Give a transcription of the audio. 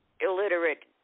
illiterate